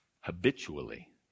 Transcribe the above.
habitually